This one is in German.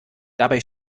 dabei